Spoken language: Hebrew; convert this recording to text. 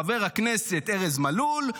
חבר הכנסת ארז מלול,